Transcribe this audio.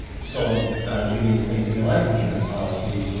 sold jimmy and stacey a life insurance policy.